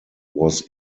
was